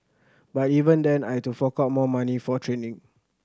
but even then I'd to fork out more money for training